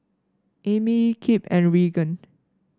Amey Kip and Reagan